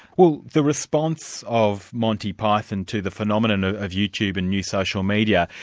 well the response of monty python to the phenomenon ah of youtube and new social media,